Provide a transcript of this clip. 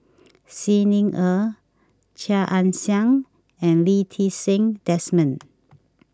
Xi Ni Er Chia Ann Siang and Lee Ti Seng Desmond